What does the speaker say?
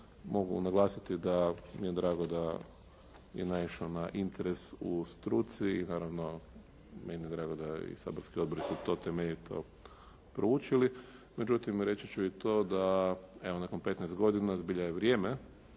mogu naglasiti da mi je drago da je naišao na interes u struci i naravno meni je drago da i saborski odbori su to temeljito proučili. Međutim, reći ću i to da evo, nakon 15 godina zbilja je vrijeme